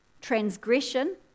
Transgression